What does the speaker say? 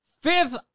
fifth